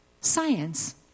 Science